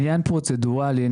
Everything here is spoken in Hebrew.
עניין פרוצדורלי.